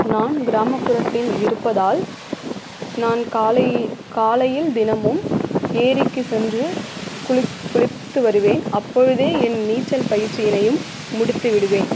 நான் கிராமப்புறத்தில் இருப்பதால் நான் காலை காலையில் தினமும் ஏரிக்குச் சென்று குளி குளித்து வருவேன் அப்பொழுதே என் நீச்சல் பயிற்சிகளையும் முடித்துவிடுவேன்